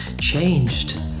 changed